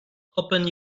open